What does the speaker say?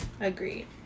Agreed